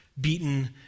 beaten